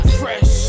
fresh